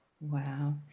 Wow